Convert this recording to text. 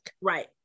right